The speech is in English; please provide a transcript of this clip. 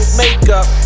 makeup